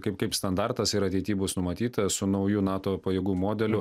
kaip kaip standartas ir ateity bus numatyta su nauju nato pajėgų modeliu